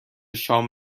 شام